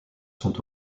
sont